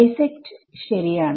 bisect ശരിയാണ്